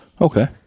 Okay